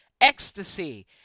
Ecstasy